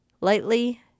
lightly